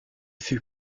fut